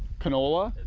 canola,